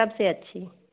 सबसे अच्छी